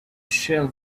shell